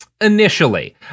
initially